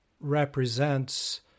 represents